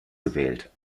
gewählt